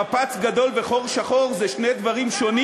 מפץ גדול וחור שחור זה שני דברים שונים,